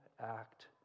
act